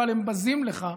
אבל הם בזים לך.